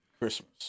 Christmas